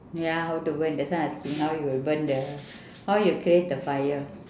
ya how to burn that's why I was thinking how you will burn the how you create the fire